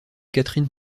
catherine